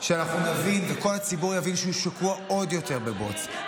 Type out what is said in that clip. כשאנחנו נבין וכל הציבור יבין שהוא שקוע עוד יותר בבוץ,